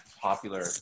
popular